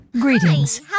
Greetings